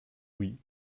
oui